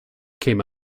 came